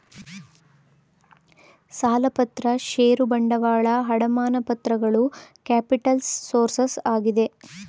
ಸಾಲಪತ್ರ ಷೇರು ಬಂಡವಾಳ, ಅಡಮಾನ ಪತ್ರಗಳು ಕ್ಯಾಪಿಟಲ್ಸ್ ಸೋರ್ಸಸ್ ಆಗಿದೆ